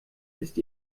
ist